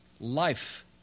life